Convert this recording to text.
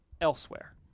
elsewhere